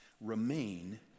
Remain